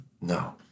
No